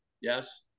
Yes